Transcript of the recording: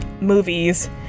movies